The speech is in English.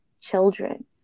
children